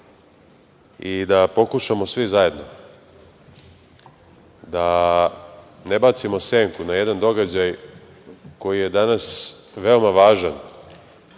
i da pokušamo svi zajedno da ne bacimo senku na jedan događaj koji je danas veoma važan